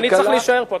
אני צריך להישאר פה.